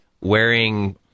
wearing